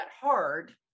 hard